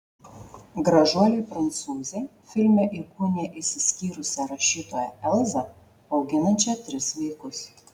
gražuolė prancūzė filme įkūnija išsiskyrusią rašytoją elzą auginančią tris vaikus